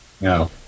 No